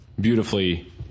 beautifully